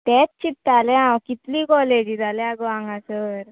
तेंत चिंत्तालें आंव कितली कॉलेजी जाल्या गो हांगासर